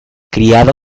criado